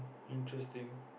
interesting